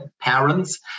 parents